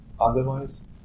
Otherwise